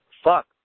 Fuck